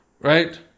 right